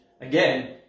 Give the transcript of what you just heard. again